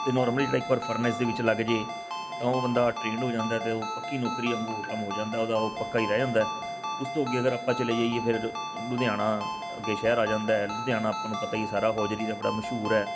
ਅਤੇ ਨੋਰਮਲੀ ਜਿਹੜਾ ਇੱਕ ਵਾਰ ਜਿਹੜਾ ਫਰਮਸਿਸ ਦੇ ਵਿੱਚ ਲੱਗ ਜਾਵੇ ਤਾਂ ਉਹ ਬੰਦਾ ਟਰੇਨਡ ਹੋ ਜਾਂਦਾ ਅਤੇ ਉਹ ਪੱਕੀ ਨੌਕਰੀ ਵਾਂਗੂ ਕੰਮ ਹੋ ਜਾਂਦਾ ਉਹਦਾ ਪੱਕਾ ਹੀ ਰਹਿ ਜਾਂਦਾ ਉਸ ਤੋਂ ਅੱਗੇ ਅਗਰ ਆਪਾਂ ਚਲੇ ਜਾਈਏ ਫਿਰ ਲੁ ਲੁਧਿਆਣਾ ਅੱਗੇ ਸ਼ਹਿਰ ਆ ਜਾਂਦਾ ਲੁਧਿਆਣਾ ਆਪਾਂ ਨੂੰ ਪਤਾ ਹੀ ਸਾਰਾ ਹੋਜਰੀ ਦਾ ਬੜਾ ਮਸ਼ਹੂਰ ਹੈ